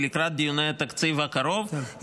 לקראת דיוני התקציב הקרוב,